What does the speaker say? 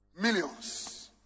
millions